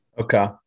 okay